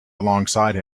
alongside